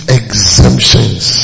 exemptions